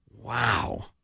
Wow